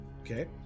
okay